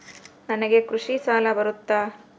ನನಗೆ ಕೃಷಿ ಸಾಲ ಬರುತ್ತಾ?